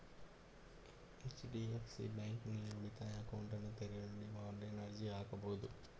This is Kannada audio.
ಎಚ್.ಡಿ.ಎಫ್.ಸಿ ಬ್ಯಾಂಕ್ನಲ್ಲಿ ಉಳಿತಾಯ ಅಕೌಂಟ್ನನ್ನ ತೆರೆಯಲು ನೀವು ಆನ್ಲೈನ್ನಲ್ಲಿ ಅರ್ಜಿ ಹಾಕಬಹುದು